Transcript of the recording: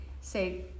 say